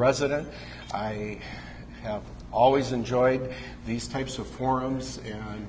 resident i have always enjoyed these types of forums